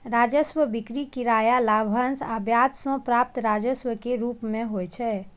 राजस्व बिक्री, किराया, लाभांश आ ब्याज सं प्राप्त राजस्व के रूप मे होइ छै